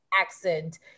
accent